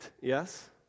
yes